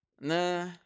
nah